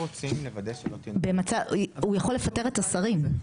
הוא יכול לפטר את השרים,